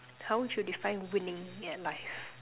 how you define winning at life